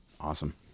Awesome